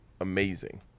amazing